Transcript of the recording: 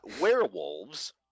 werewolves